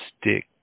stick